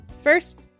First